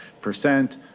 percent